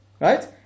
Right